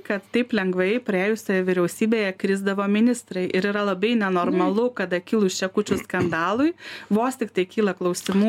kad taip lengvai praėjusioje vyriausybėje krisdavo ministrai ir yra labai nenormalu kada kilus čekučių skandalui vos tiktai kyla klausimų